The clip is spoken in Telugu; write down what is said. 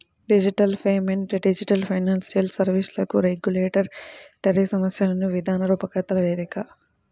డిజిటల్ పేమెంట్ డిజిటల్ ఫైనాన్షియల్ సర్వీస్లకు రెగ్యులేటరీ సమస్యలను విధాన రూపకర్తల వేదిక